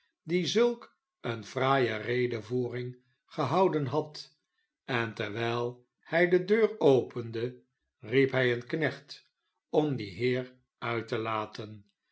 die zulk eene fraaie redevoering gehouden had en terwijl hij de deur opende riep hij een knecht om dien heer uit te laten